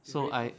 so I